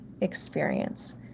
experience